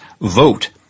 vote